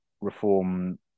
reform